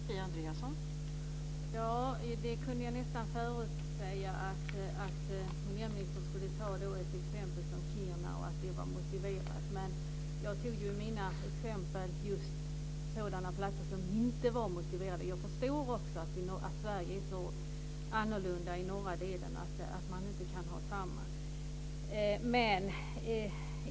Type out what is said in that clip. Fru talman! Jag kunde nästan förutsäga att miljöministern skulle ta ett sådant exempel som Kiruna och säga att det var motiverat. Jag exemplifierade med sådana platser som inte är motiverade. Också jag förstår att det i norra delen av Sverige är så annorlunda att det inte går att ha det på samma sätt där.